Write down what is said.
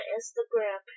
Instagram